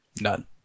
none